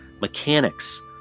mechanics